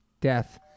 death